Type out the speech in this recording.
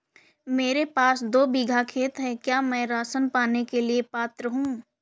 मेरे पास दो बीघा खेत है क्या मैं राशन पाने के लिए पात्र हूँ?